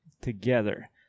together